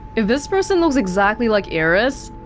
if this person looks exactly like iris